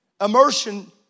Immersion